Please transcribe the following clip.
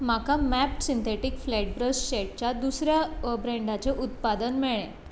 म्हाका मॅप synthetic flat brush सॅटच्या दुसऱ्या ब्रँडाचें उत्पादन मेळ्ळें